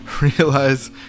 realize